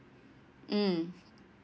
mm